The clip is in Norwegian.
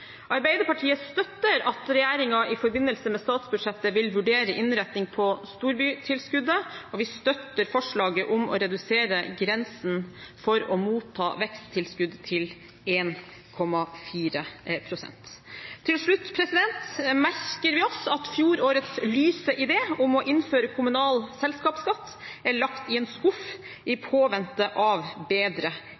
Arbeiderpartiet støtter at regjeringen i forbindelse med statsbudsjettet vil vurdere innretning på storbytilskuddet, og vi støtter forslaget om å redusere grensen for å motta veksttilskudd til 1,4 pst. Til slutt merker vi oss at fjorårets lyse idé om å innføre kommunal selskapsskatt er lagt i en skuff i